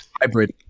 Hybrid